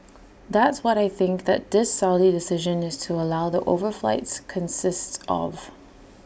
that's what I think that this Saudi decision is to allow the overflights consists of